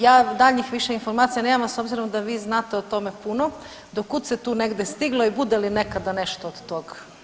Ja daljnjih više informacija nemam, a s obzirom da vi znate o tome kuda do kuda se tu negdje stiglo i bude li nekada nešto od toga.